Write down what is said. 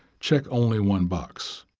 check only one box.